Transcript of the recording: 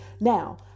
Now